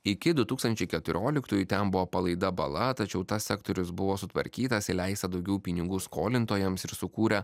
iki du tūkstančiai keturioliktųjų ten buvo palaida bala tačiau tas sektorius buvo sutvarkytas įleista daugiau pinigų skolintojams ir sukūrė